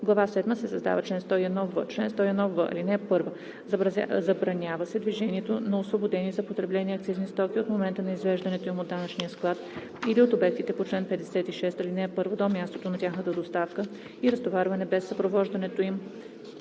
глава седма се създава чл. 101в: „Чл. 101в. (1) Забранява се движението на освободени за потребление акцизни стоки от момента на извеждането им от данъчния склад или от обектите по чл. 56, ал. 1 до мястото на тяхната доставка и разтоварване без съпровождането им